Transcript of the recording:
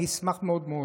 אני אשמח מאוד מאוד,